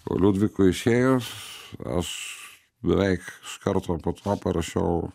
o liudvikui išėjus aš beveik iš karto po to parašiau